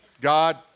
God